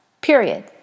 Period